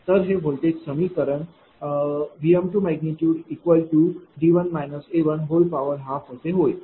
तर हे व्होल्टेज समीकरण V2D1 A12 असे होईल